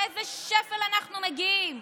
לאיזה שפל אנחנו מגיעים?